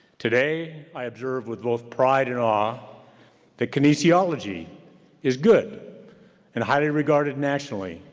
today, i observed with both pride and awe the kinesiology is good and highly regarded nationally,